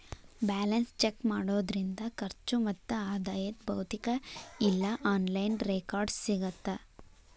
balance check ಮಾಡೋದ್ರಿಂದ ಖರ್ಚು ಮತ್ತ ಆದಾಯದ್ ಭೌತಿಕ ಇಲ್ಲಾ ಆನ್ಲೈನ್ ರೆಕಾರ್ಡ್ಸ್ ಸಿಗತ್ತಾ